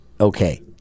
okay